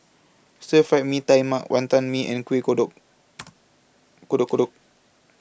Stir Fried Mee Tai Mak Wantan Mee and Kuih Kodok Kodok Kodok